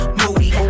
moody